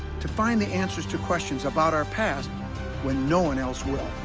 to find the answers to questions about our past when no one else will.